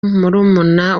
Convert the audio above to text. murumuna